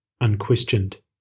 unquestioned